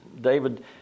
David